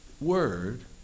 word